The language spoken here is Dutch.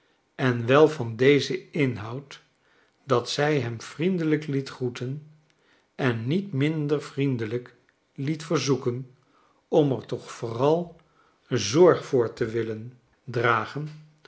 en wel van dezen inhoud dat zij hem vriendelijk liet groeten en niet minder vriendelijk lietverzoeken om er toch vooral zorg voor te willen dragen